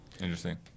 Interesting